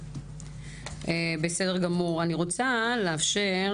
אני רוצה לאפשר